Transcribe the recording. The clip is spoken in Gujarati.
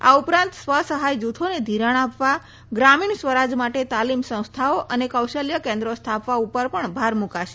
આ ઉપરાંત સ્વસહાય જૂથોને ઘિરાણ આપવા ગ્રામીણ સ્વરાજ માટે તાલીમ સંસ્થાઓ અને કૌશલ્ય કેન્દ્રો સ્થાપવા ઉપર પણ ભાર મુકાશે